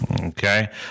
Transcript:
Okay